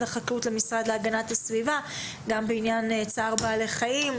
החקלאות לבין המשרד להגנת הסביבה בעניין צער בעלי חיים,